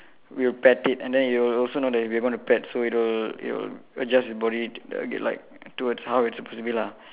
we will pet it and then it will also know that we are gonna pet so it will it will adjust it's body to uh get like towards how it's supposed to be lah